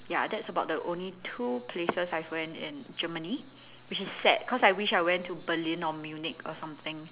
ya that's about the only two places I've went in Germany which is sad cause I wish I went to Berlin or Munich or something